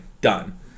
done